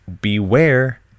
beware